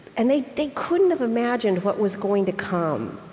and they they couldn't have imagined what was going to come.